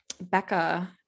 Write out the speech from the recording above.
Becca